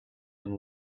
and